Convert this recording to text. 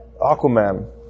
Aquaman